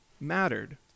mattered